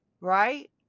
right